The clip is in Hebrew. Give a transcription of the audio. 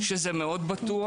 שזה מאוד בטוח,